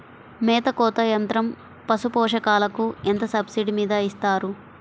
మేత కోత యంత్రం పశుపోషకాలకు ఎంత సబ్సిడీ మీద ఇస్తారు?